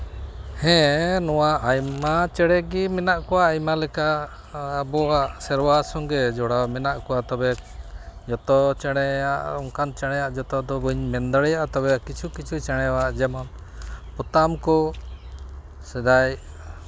ᱦᱮᱸ ᱱᱚᱣᱟ ᱟᱭᱢᱟ ᱪᱮᱬᱮ ᱜᱮ ᱢᱮᱱᱟᱜ ᱠᱚᱣᱟ ᱟᱭᱢᱟ ᱞᱮᱠᱟ ᱟᱵᱚᱣᱟᱜ ᱥᱮᱨᱣᱟ ᱥᱚᱸᱜᱮ ᱡᱚᱲᱟᱣ ᱢᱮᱱᱟᱜ ᱠᱚᱣᱟ ᱛᱚᱵᱮ ᱡᱚᱛᱚ ᱪᱮᱬᱮᱭᱟᱜ ᱚᱱᱠᱟᱱ ᱪᱮᱬᱮᱭᱟᱜ ᱡᱚᱛᱚ ᱫᱚ ᱵᱟᱹᱧ ᱢᱮᱱ ᱫᱟᱲᱮᱭᱟᱜᱼᱟ ᱛᱚᱵᱮ ᱠᱤᱪᱷᱩ ᱠᱤᱪᱷᱩ ᱪᱮᱬᱮᱭᱟᱜ ᱡᱮᱢᱚᱱ ᱯᱚᱛᱟᱢ ᱠᱚ ᱥᱮᱫᱟᱭ